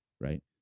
right